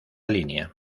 línea